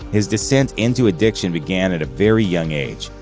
his descent into addiction began at a very young age.